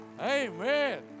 Amen